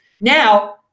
Now